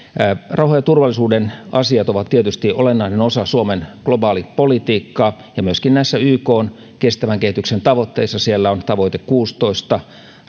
rauhan ja turvallisuuden asiat ovat tietysti olennainen osa suomen globaalipolitiikkaa ja myöskin näissä ykn kestävän kehityksen tavoitteissa on tavoite kuusitoista